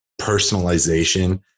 personalization